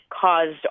caused